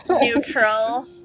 Neutral